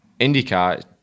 IndyCar